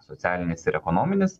socialinis ir ekonominis